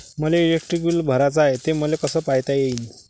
मले electric bill भराचं हाय, ते मले कस पायता येईन?